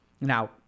Now